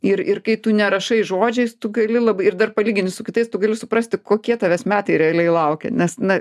ir ir kai tu nerašai žodžiais tu gali labai ir dar palyginti su kitais tu gali suprasti kokie tavęs metai realiai laukia nes na